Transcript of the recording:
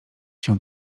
się